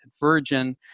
Virgin